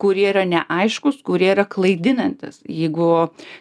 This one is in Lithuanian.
kurie yra neaiškūs kurie yra klaidinantys jeigu